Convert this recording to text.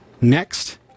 Next